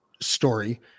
story